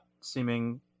seeming